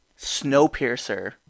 Snowpiercer